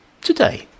Today